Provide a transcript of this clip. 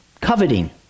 coveting